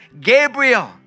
Gabriel